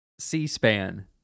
C-SPAN